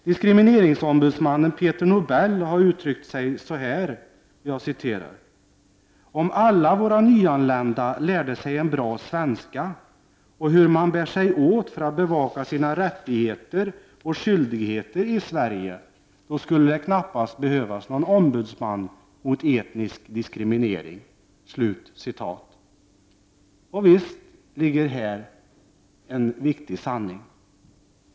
Diskrimineringsombudsmannen Peter Nobel har uttryckt sig så här: ”Om alla våra nyanlända lärde sig en bra svenska och hur man bär sig åt för att bevaka sina rättigheter och skyldigheter i Sverige, då skulle det knappast behövas någon ombudsman mot etnisk diskriminering.” Här finns en viktig sanning.